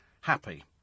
happy